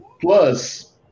Plus